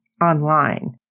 online